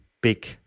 big